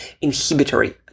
inhibitory